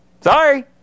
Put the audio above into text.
sorry